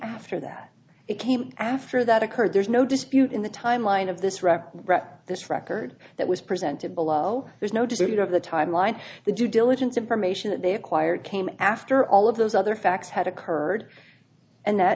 after that it came after that occurred there's no dispute in the timeline of this record this record that was presented below there's no dispute of the timeline the due diligence information that they acquired came after all of those other facts had occurred and that